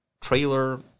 Trailer